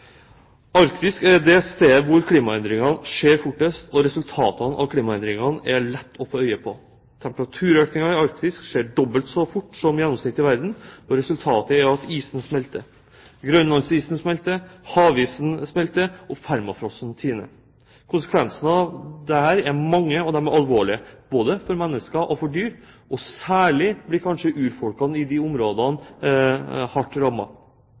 er det området hvor klimaendringene skjer fortest, og resultatene av klimaendringene er det lett å få øye på. Temperaturøkninger i Arktis skjer dobbelt så fort som gjennomsnittet i verden, og resultatet er at isen smelter – grønlandsisen smelter, havisen smelter, og permafrosten tiner. Konsekvensen av dette er mange og alvorlige både for mennesker og for dyr, og særlig blir urfolkene i disse områdene hardt